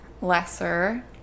Lesser